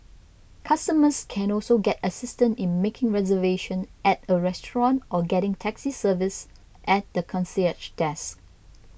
customers can also get assistance in making reservation at a restaurant or getting taxi service at the concierge desk